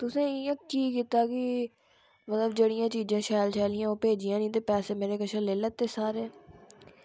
तुसें इ'यां की कीता कि मतलब जेह्ड़ियां चीजां शैल शैल हियां ओह् भेजियां निं ते पैसे मेरै कशा लेई लैत्ते सारे